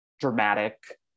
dramatic